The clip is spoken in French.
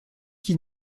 qui